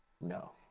No